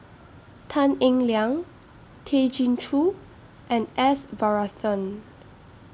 Tan Eng Liang Tay Chin Joo and S Varathan